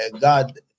God